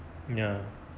ya